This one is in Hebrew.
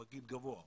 פקיד גבוה,